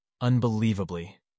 Unbelievably